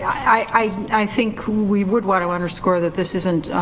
i i think we would want to underscore that this isn't